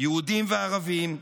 יהודים וערבים,